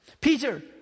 Peter